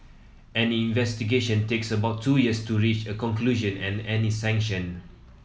any investigation takes about two years to reach a conclusion and any sanction